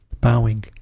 bowing